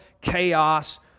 chaos